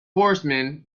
horseman